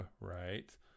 right